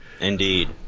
Indeed